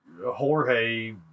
Jorge